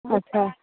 अच्छा